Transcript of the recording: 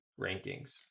rankings